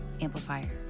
Amplifier